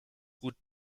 gut